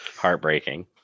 heartbreaking